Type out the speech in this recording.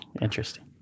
Interesting